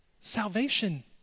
salvation